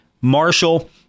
Marshall